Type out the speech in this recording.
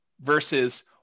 versus